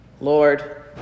Lord